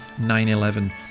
9-11